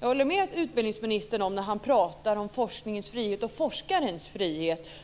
Jag håller med utbildningsministern när han pratar om forskningens frihet och om forskarens frihet.